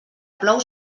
plou